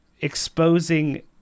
exposing